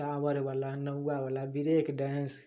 टॉवरवला नौआवला break dance